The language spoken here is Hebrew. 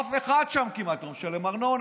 אף אחד שם, כמעט, לא משלם ארנונה.